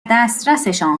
دسترسشان